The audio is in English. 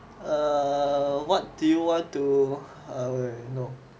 err what do you want to know